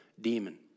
demon